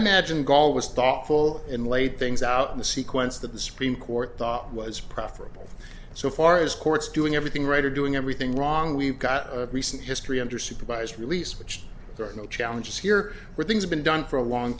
imagine gall was thoughtful and laid things out in the sequence that the supreme court thought was preferable so far as courts doing everything right or doing everything wrong we've got a recent history under supervised release which got no challenges here were things been done for a long